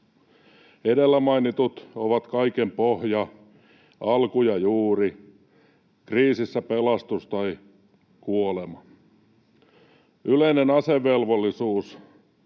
Edellä mainitut ovat kaiken pohja, alku ja juuri, kriisissä pelastus tai kuolema. Yleinen asevelvollisuus